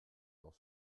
dans